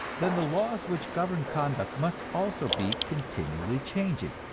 then the laws which govern conduct must also be continually changing,